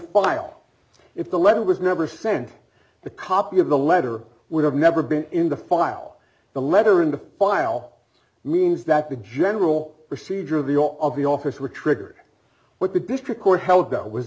file if the letter was never sent the copy of the letter would have never been in the file the letter in the file means that the general procedure of the of the officer triggered what the district court held got was